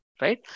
Right